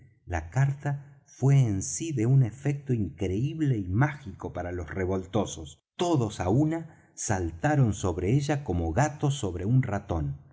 la carta fué en sí de un efecto increíble y mágico para los revoltosos todos á una saltaron sobre ella como gatos sobre un ratón